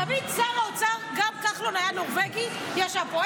תמיד שר האוצר, גם כחלון, היה נורבגי, ישב פה.